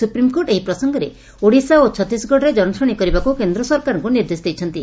supreme court ଏହି ପ୍ରସଙ୍ଗରେ ଓଡ଼ିଶା ଓ ଛତିଶଗଡ଼ରେ ଜନଶ୍ରଣାଶି କରିବାକୁ କେନ୍ଦ୍ର ସରକାରଙ୍କୁ ନିର୍ଦ୍ଦେଶ ଦେଇଛନ୍ତି